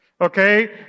Okay